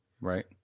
Right